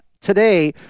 Today